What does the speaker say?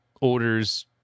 orders